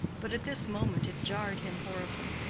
but at this moment it jarred him horribly,